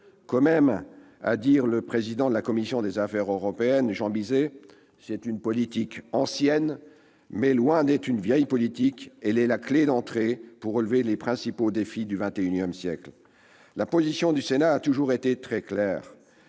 Comme aime à le dire le président de la commission des affaires européennes, Jean Bizet, c'est une politique ancienne, mais loin d'être une vieille politique. Elle est la clef d'entrée pour relever les principaux défis du XXIsiècle. La position du Sénat a toujours été très claire